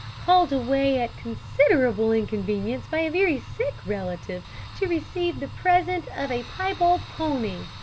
called away at considerable inconvenience by a very sick relative to receive the present of a piebald pony.